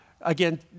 again